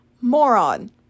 moron